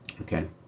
Okay